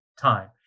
time